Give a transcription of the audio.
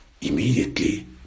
immediately